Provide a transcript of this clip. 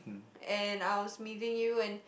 and I was missing you and